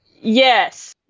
Yes